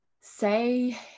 Say